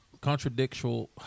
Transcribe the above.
contradictual –